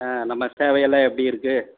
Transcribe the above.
ஆ நம்ப சேவையெல்லாம் எப்படி இருக்கு